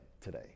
today